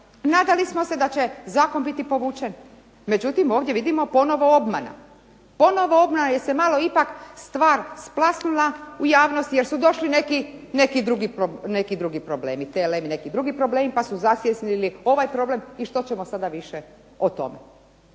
Nadali smo se da će zakon biti povučen međutim ovdje vidimo ponovno obmana. Ponovno obmana jer se malo ipak stvar splasnula u javnosti jer su došli neki drugi problemi, TLM i neki drugi problemi pa su zasjenili ovaj problem. I što ćemo sada više o tome.